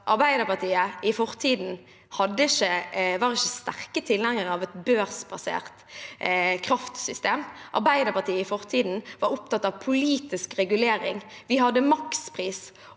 Arbeiderpartiet i fortiden ikke var sterk tilhenger av et børsbasert kraftsystem. Arbeiderpartiet i fortiden var opptatt av politisk regulering. Det var makspris